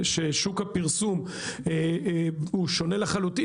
ששוק הפרסום שונה לחלוטין.